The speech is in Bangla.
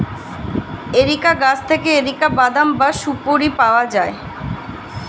এরিকা গাছ থেকে এরিকা বাদাম বা সুপোরি পাওয়া যায়